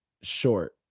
short